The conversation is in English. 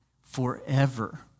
forever